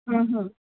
हं हं